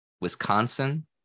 Wisconsin